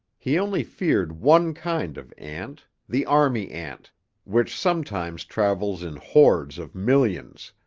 he only feared one kind of ant, the army-ant, which sometimes travels in hordes of millions,